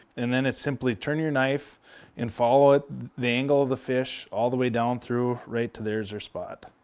and then it's simply turn your knife and follow the angle of the fish all the way down through right to there is your spot.